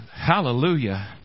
Hallelujah